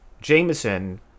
Jameson